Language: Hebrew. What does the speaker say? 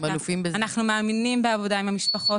אנחנו מאמינים בעבודה עם המשפחות.